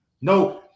No